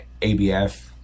ABF